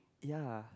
ya